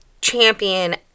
champion